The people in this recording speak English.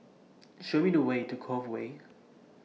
Show Me The Way to Cove Way